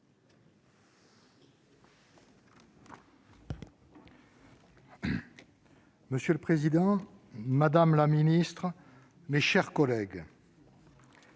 Monsieur le président, madame la ministre, mes chers collègues,